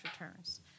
returns